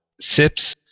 Sips